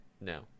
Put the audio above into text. no